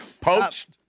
Poached